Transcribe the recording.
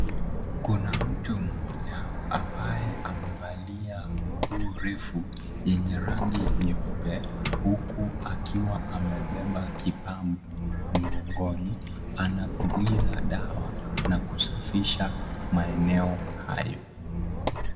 Kuna mtu mmoja ambaye amevalia nguo refu yenye rangi nyeupe huku akiwa amebeba kifaa mkongoni anapuliza dawa na kusafisha maeneo hayo.